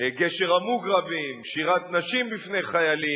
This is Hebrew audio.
גשר המוגרבים, שירת נשים בפני חיילים,